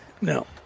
No